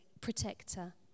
protector